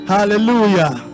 Hallelujah